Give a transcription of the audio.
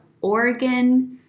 Oregon